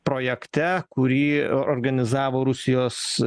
projekte kurį organizavo rusijos